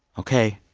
ok,